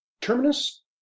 Terminus